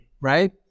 right